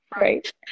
Right